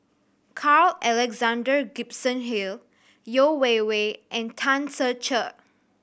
Carl Alexander Gibson Hill Yeo Wei Wei and Tan Ser Cher